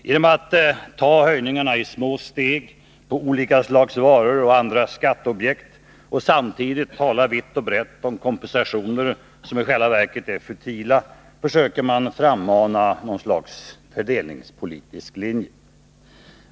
Genom att ta höjningarna i små steg på olika slags varor och andra skatteobjekt och samtidigt tala vitt och brett om kompensationer som i själva verket är futila försöker man frammana bilden av något slags fördelningspolitisk linje.